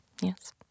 Yes